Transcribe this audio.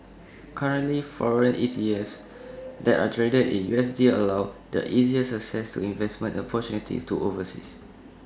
currently foreign E T E F S that are traded in U S D allow the easiest access to investment opportunities overseas